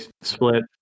split